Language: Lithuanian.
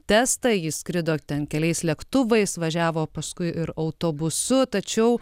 testą jis skrido keliais lėktuvais važiavo paskui ir autobusu tačiau